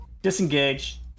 Disengage